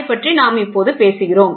அதைப்பற்றி நாம் பேசுகிறோம்